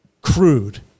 crude